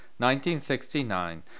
1969